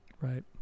Right